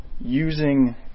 using